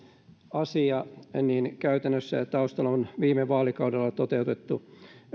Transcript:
asia niin käytännössä taustalla on viime vaalikaudella toteutettu